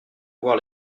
voir